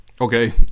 Okay